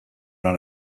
ran